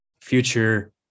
future